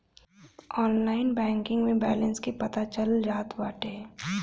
online banking में balance के पता चल जात बाटे